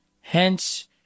Hence